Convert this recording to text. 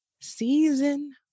season